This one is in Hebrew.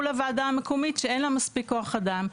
לוועדה המקומית שאין לה מספיק כוח אדם,